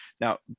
Now